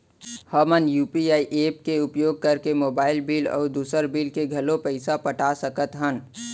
हमन UPI app के उपयोग करके मोबाइल बिल अऊ दुसर बिल के घलो पैसा पटा सकत हन